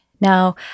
Now